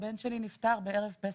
הבן שלי נפטר בערב פסח.